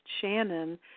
Shannon